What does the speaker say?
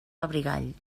abrigall